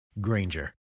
Granger